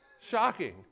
shocking